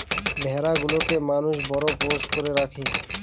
ভেড়া গুলোকে মানুষ বড় পোষ্য করে রাখে